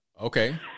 Okay